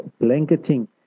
blanketing